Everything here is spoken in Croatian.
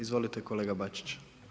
Izvolite kolega Bačić.